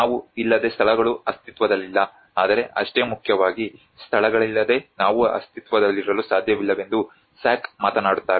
ನಾವು ಇಲ್ಲದೆ ಸ್ಥಳಗಳು ಅಸ್ತಿತ್ವದಲ್ಲಿಲ್ಲ ಆದರೆ ಅಷ್ಟೇ ಮುಖ್ಯವಾಗಿ ಸ್ಥಳಗಳಿಲ್ಲದೆ ನಾವು ಅಸ್ತಿತ್ವದಲ್ಲಿರಲು ಸಾಧ್ಯವಿಲ್ಲವೆಂದು ಸ್ಯಾಕ್ ಮಾತನಾಡುತ್ತಾರೆ